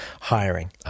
hiring